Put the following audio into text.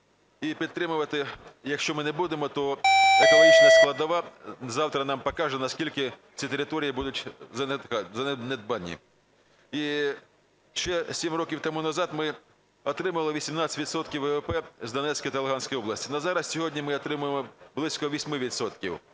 І підтримувати якщо ми не будемо, то екологічна складова завтра нам покаже, наскільки ці території будуть занедбані. Іще сім років тому назад ми отримали 18 відсотків ВВП з Донецької та Луганської областей. На зараз, сьогодні ми отримуємо близько 8